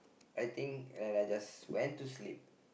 I think I just I just went to sleep